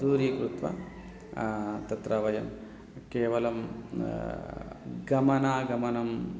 दूरीकृत्वा तत्र वयं केवलं गमनागमनम्